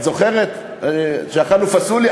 את זוכרת שאכלנו פסוליה?